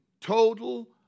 total